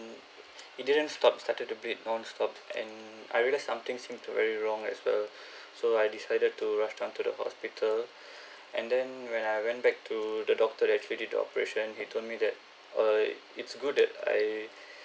it didn't stop it started to bleed non-stop and I realised something seem to be very wrong as well so I decided to rush down to the hospital and then when I went back to the doctor that actually did the operation he told me that err it's good that I